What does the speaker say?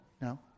no